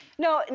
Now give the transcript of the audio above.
no, and